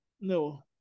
No